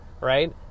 right